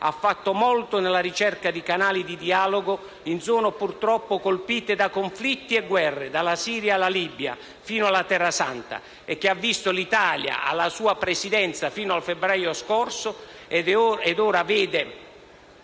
ha fatto molto nella ricerca di canali di dialogo in zone purtroppo colpite da conflitti e guerre, dalla Siria alla Libia, fino alla Terra Santa, e che ha visto l'Italia alla sua Presidenza fino al febbraio scorso e che ora vede